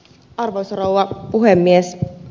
arvoisa rouva puhemies